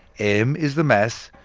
m is the mass,